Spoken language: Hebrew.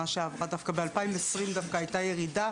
ב-2020 דווקא הייתה ירידה,